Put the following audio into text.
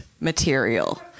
material